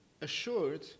assured